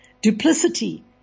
duplicity